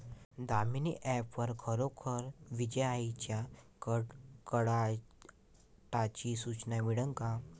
Damini app वर खरोखर विजाइच्या कडकडाटाची सूचना मिळन का?